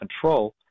control